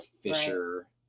fisher